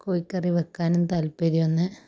കോഴിക്കറി വെക്കാനും താൽപ്പര്യാന്ന്